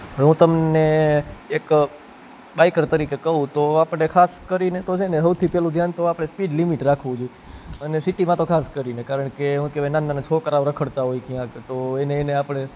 હું તમને એક બાઈકર તરીકે કહું તો આપણે ખાસ કરીને તો છે ને સૌથી પહેલું ધ્યાન તો આપણે સ્પીડ લીમીટ રાખવું જોઇએ અને સિટીમાં તો ખાસ કરીને કારણ કે શું કહેવાય નાના નાના છોકરાઓ રખડતાં હોય ક્યાંક તો એને એને આપણે